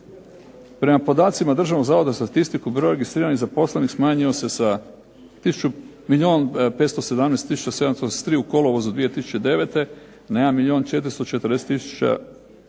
Prema podacima Državnog zavoda za statistiku broj registriranih nezaposlenih smanjio se sa milijun 517773 u kolovozu 2009. na jedan